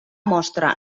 mostra